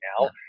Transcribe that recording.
now